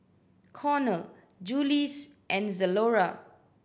Cornell Julie's and Zalora